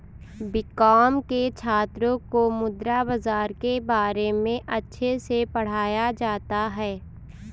BCom के छात्रों को मुद्रा बाजार के बारे में अच्छे से पढ़ाया जाता है